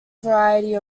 variety